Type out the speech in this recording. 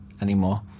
anymore